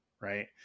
Right